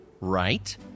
right